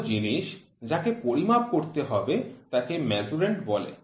কোন জিনিস যাকে পরিমাপ করতে হবে তাকে মেজার্যান্ড বলে